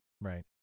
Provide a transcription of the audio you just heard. Right